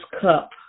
cup